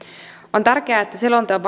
on tärkeää että selonteon